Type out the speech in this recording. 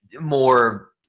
more